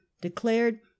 declared